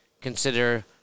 consider